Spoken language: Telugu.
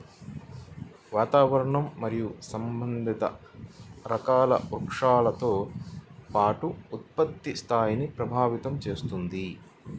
వాతావరణం మరియు సంబంధిత రకాల వృక్షాలతో పాటు ఉత్పత్తి స్థాయిని ప్రభావితం చేస్తుంది